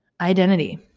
identity